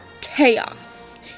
Chaos